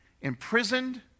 Imprisoned